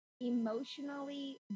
emotionally